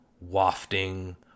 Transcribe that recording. wafting